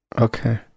Okay